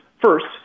First